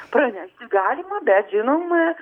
pranešti galima bet žinoma